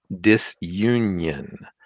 disunion